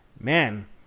man